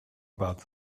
about